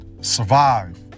survive